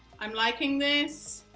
i'm liking this.